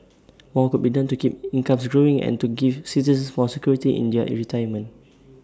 more could be done to keep incomes growing and to give citizens more security in their retirement